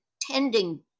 tending